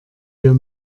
wir